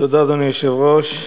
אדוני היושב-ראש,